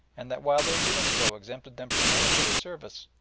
and that while their doing so exempted them from military service,